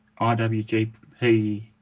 IWGP